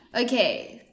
Okay